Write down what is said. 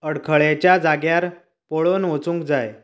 अडखळेच्या जाग्यार पळोवन वचूंक जाय